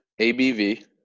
abv